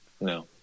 no